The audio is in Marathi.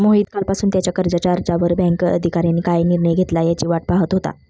मोहित कालपासून त्याच्या कर्जाच्या अर्जावर बँक अधिकाऱ्यांनी काय निर्णय घेतला याची वाट पाहत होता